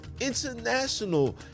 international